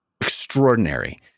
extraordinary